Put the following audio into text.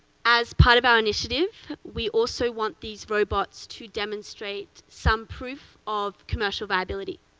as part of our initiative, we also want these robots to demonstrate some proof of commercial viability.